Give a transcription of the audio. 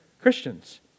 Christians